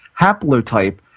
haplotype